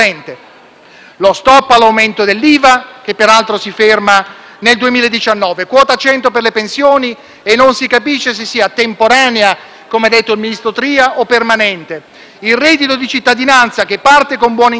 nel 2019; quota 100 per le pensioni e non si capisce se sia temporanea, come detto dal ministro Tria o permanente; il reddito di cittadinanza che parte con buone intenzioni e rischia di replicare il peggiore assistenzialismo di Stato.